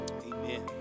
Amen